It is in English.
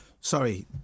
Sorry